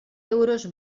euros